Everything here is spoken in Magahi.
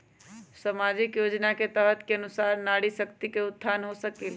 सामाजिक योजना के तहत के अनुशार नारी शकति का उत्थान हो सकील?